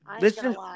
Listen